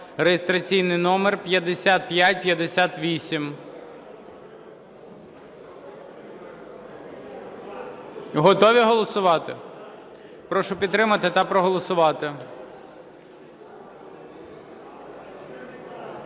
(реєстраційний номер 5558). Готові голосувати? Прошу підтримати та проголосувати.